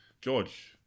George